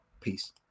Peace